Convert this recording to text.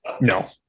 No